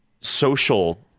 social